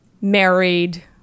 married